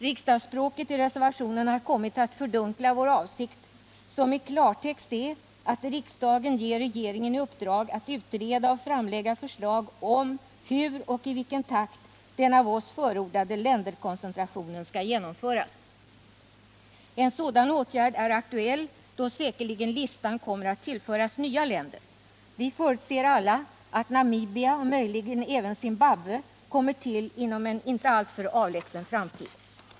Riksdagsspråket i reservationen har kommit att fördunkla vår avsikt som i klartext är att riksdagen ger regeringen i uppdrag att utreda och framlägga förslag om hur och i vilken takt den av oss förordade länderkoncentrationen skall genomföras. En sådan åtgärd är aktuell, då listan säkerligen kommer att tillföras nya länder. Vi förutser alla att Namibia och möjligen även Zimbabwe kommer till inom en inte alltför avlägsen framtid.